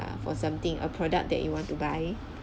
for something a product that you want to buy